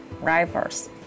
rivers